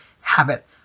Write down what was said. habit